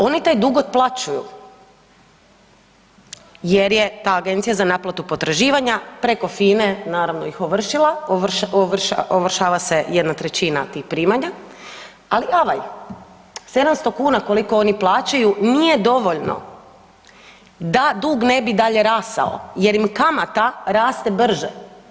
Oni taj dug otplaćuju jer je ta agencija za naplatu potraživanja preko FINE naravno ih ovršila, ovršava se 1/3 tih primanja, ali avaj, 700 kuna koliko oni plaćaju nije dovoljno da dug ne bi dalje rastao jer im kamata raste brže.